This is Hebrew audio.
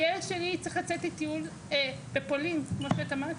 הילד שלי צריך לצאת לטיול בפולין כמו שאת אמרת,